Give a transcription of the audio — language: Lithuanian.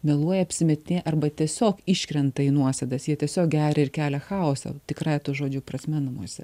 meluoja apsimetinėja arba tiesiog iškrenta į nuosėdas jie tiesiog geria ir kelia chaosą tikrąja to žodžio prasme namuose